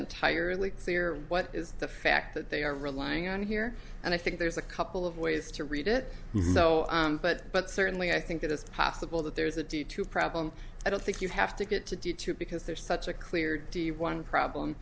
entirely clear what is the fact that they are relying on here and i think there's a couple of ways to read it so but but certainly i think it's possible that there is a d two problem i don't think you have to get to do two because there's such a clear d one problem